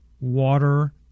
water